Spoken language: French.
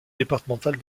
départemental